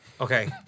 Okay